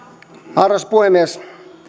arvoisa puhemies